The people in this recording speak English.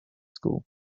school